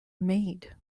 maid